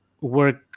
work